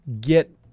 get